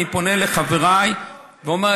אני פונה לחבריי ואומר,